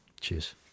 Cheers